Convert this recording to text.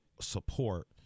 support